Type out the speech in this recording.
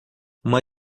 uma